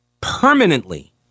permanently